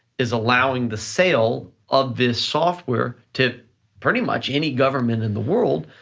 is allowing the sale of this software to pretty much any government in the world,